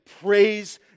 praise